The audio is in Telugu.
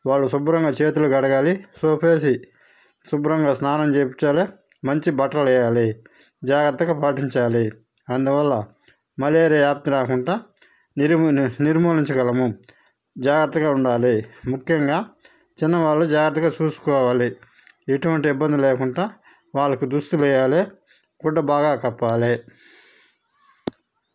వాళ్ళు శుభ్రంగా చేతులు కడగాలి సోప్ వేసి శుభ్రంగా స్నానం చేయించాలి మంచి బట్టలు వేయాలి జాగ్రత్తగా పాటించాలి అందువల్ల మలేరియా వ్యాప్తి రాకుండా నిర్మూలించగలము జాగ్రత్తగా ఉండాలి ముఖ్యంగా చిన్న వాళ్ళు జాగ్రత్తగా చూసుకోవాలి ఎటువంటి ఇబ్బంది లేకుండా వాళ్ళకి దుస్తులు వేయాలి గుడ్డ బాగా కప్పాలి